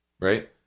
right